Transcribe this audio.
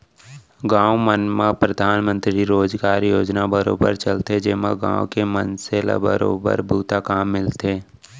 गाँव मन म परधानमंतरी रोजगार योजना बरोबर चलथे जेमा गाँव के मनसे ल बरोबर बूता काम मिलथे